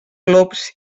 glops